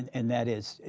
and that is,